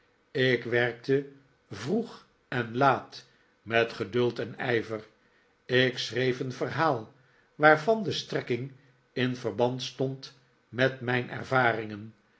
ik werkte vroeg en laat met geduld en ijver ik schreef een verhaal waarvan de strekking in verband stond met mijn ervaringen